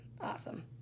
awesome